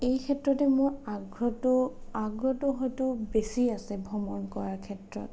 এই ক্ষেত্ৰতে মোৰ আগ্ৰহটো আগ্ৰহটো হয়তো বেছি আছে ভ্ৰমণ কৰাৰ ক্ষেত্ৰত